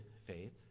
faith